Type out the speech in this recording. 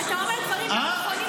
אתה אומר דברים לא נכונים.